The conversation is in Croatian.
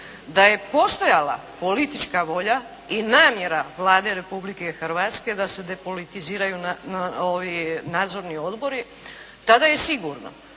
Da je postojala politička volja i namjera Vlade Republike Hrvatske da se depolitiziraju nadzorni odbori, tada je sigurno